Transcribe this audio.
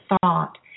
thought